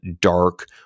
dark